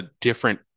different